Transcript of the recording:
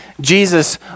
Jesus